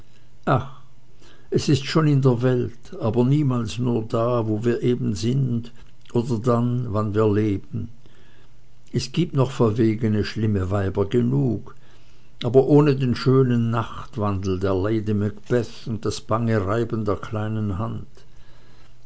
es ist schon in der welt aber nur niemals da wo wir eben sind oder dann wann wir leben es gibt noch verwegene schlimme weiber genug aber ohne den schönen nachtwandel der lady macbeth und das bange reiben der kleinen hand